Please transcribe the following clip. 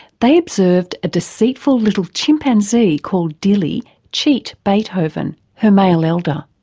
they observed a deceitful little chimpanzee called dilly cheat beethoven, her male elder.